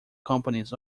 companies